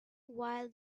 while